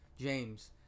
James